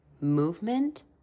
Movement